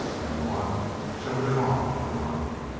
and one shall live on for mine.